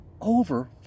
over